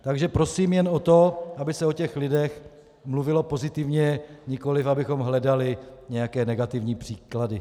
Takže prosím jen o to, aby se o těch lidech mluvilo pozitivně, nikoliv abychom hledali nějaké negativní příklady.